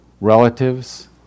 Relatives